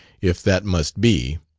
if that must be.